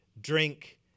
drink